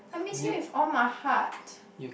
I miss him with all my heart